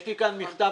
יש לי כאן מכתב,